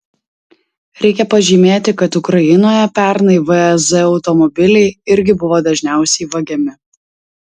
reikia pažymėti kad ukrainoje pernai vaz automobiliai irgi buvo dažniausiai vagiami